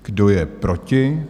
Kdo je proti?